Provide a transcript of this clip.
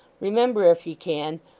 remember, if ye can,